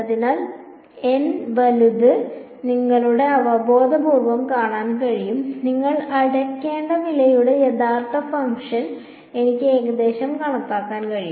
അതിനാൽ n വലുത് നിങ്ങൾക്ക് അവബോധപൂർവ്വം കാണാൻ കഴിയും നിങ്ങൾ അടയ്ക്കേണ്ട വിലയുടെ യഥാർത്ഥ ഫംഗ്ഷൻ എനിക്ക് ഏകദേശം കണക്കാക്കാൻ കഴിയും